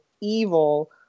evil